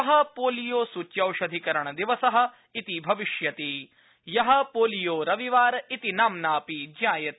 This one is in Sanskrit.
श्व पोलियो सुच्यौषधीकरणदिवस इति भविष्यति य पोलियो रविवार इति माम्ना अपि ज्ञायते